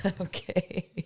Okay